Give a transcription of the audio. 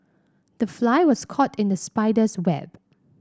the fly was caught in the spider's web